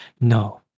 no